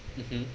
mmhmm